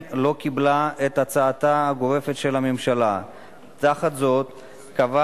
מאחר שהצעת החוק שהגישה הממשלה כוללת נושאים רבים,